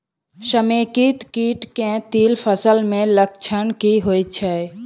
समेकित कीट केँ तिल फसल मे लक्षण की होइ छै?